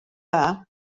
dda